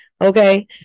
okay